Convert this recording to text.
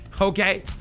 Okay